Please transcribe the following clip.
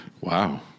Wow